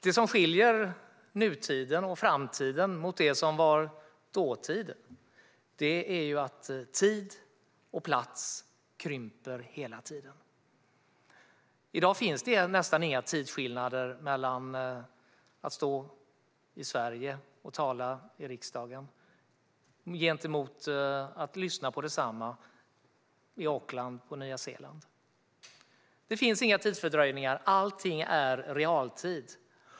Det som skiljer nutiden och framtiden från dåtiden är att tid och plats hela tiden krymper. I dag finns det nästan inga tidsskillnader mellan att stå i Sverige och tala i riksdagen och att lyssna på detsamma i Auckland på Nya Zeeland. Det finns inga tidsfördröjningar; allting är realtid.